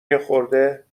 یخورده